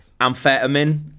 amphetamine